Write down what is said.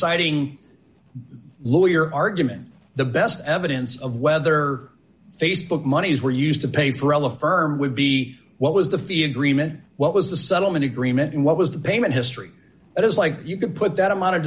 citing lawyer argument the best evidence of whether facebook monies were used to pay for all the firm would be what was the fee agreement what was the settlement agreement and what was the payment history it is like you can put that amount of